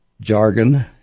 jargon